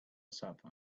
supper